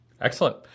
Excellent